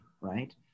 right